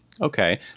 okay